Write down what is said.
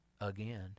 again